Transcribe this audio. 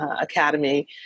Academy